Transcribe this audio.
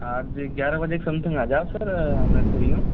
आज ग्यारह बजे के समथिंग आ जाओ सर मैं फ्री हूँ